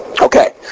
Okay